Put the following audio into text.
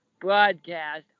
broadcast